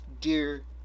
dear